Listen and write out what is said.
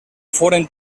foren